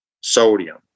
sodium